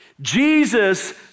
Jesus